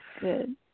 Good